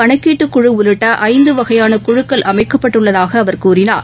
கணக்கீட்டுக்குழுஉள்ளிட்டஐந்துவகையானகுழுக்கள் அமைக்கப்பட்டுள்ளதாககூறினார்